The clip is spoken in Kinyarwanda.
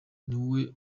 niwe